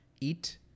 eat